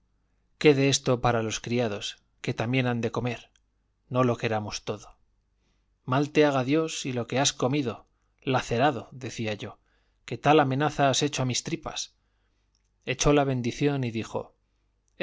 pupilero quede esto para los criados que también han de comer no lo queramos todo mal te haga dios y lo que has comido lacerado decía yo que tal amenaza has hecho a mis tripas echó la bendición y dijo